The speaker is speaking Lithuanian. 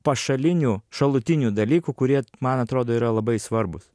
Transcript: pašalinių šalutinių dalykų kurie man atrodo yra labai svarbūs